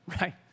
right